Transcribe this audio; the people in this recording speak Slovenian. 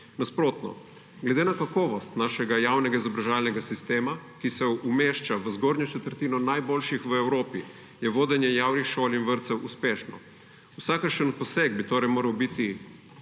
Nasprotno, glede na kakovost našega javnega izobraževalnega sistema, ki se umešča v zgornjo četrtino najboljših v Evropi, je vodenje javnih šol in vrtcev uspešno. Vsakršen poseg bi torej moral biti